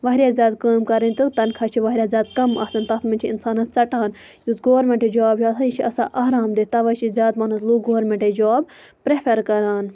واریاہ زیادٕ کٲم کَرٕنۍ تہٕ تنخواہ چھُ واریاہ زیادٕ کم آسان تتھ مَنٛز چھِ اِنسانَس ژَٹان یُس گورمیٚنٹ جاب چھُ آسان یہِ چھُ آسان آرام دہ تَوے چھ زیادٕ پہنتھ لُکھ گورمیٚنٹے جاب پریٚفَر کَران